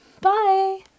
Bye